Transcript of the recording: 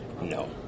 No